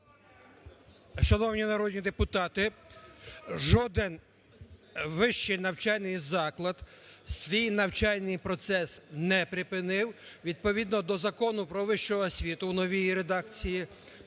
Шановні народні депутати, жоден вищий навчальний заклад свій навчальний процес не припинив. Відповідно до Закону "Про вищу освіту" у новій редакції